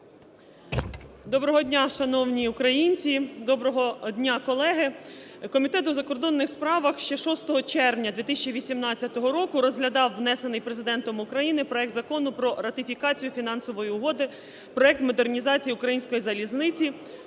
Доброго дня, шановні українці! Доброго дня, колеги! Комітет у закордонних справах ще 6 червня 2018 року розглядав внесений Президентом України проект Закону про ратифікацію Фінансової угоди (Проект модернізації української залізниці